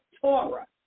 Torah